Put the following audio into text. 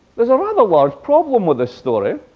there's a rather large problem with this story.